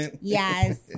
yes